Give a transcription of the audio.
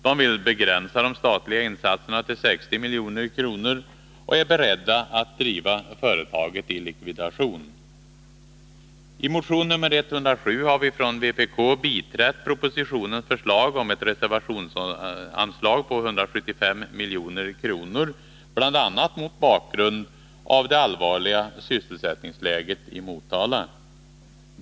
De vill begränsa de statliga insatserna till 60 milj.kr. och är beredda att driva företaget i likvidation. I motion nr 107 har vi från vpk biträtt propositionens förslag om ett reservationsanslag på 175 milj.kr. bl.a. mot bakgrund av det allvarliga sysselsättningsläget i Motala.